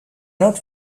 not